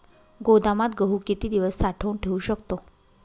गोदामात गहू किती दिवस साठवून ठेवू शकतो?